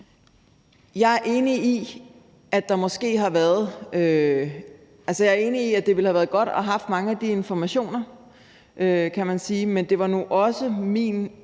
Jeg er enig i, at det ville have været godt at have haft mange af de informationer, kan man sige, men det var nu også min